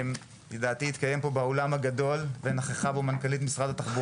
ולבדוק אם חלוקת התקציב בין התחומים מבוצעת בצורה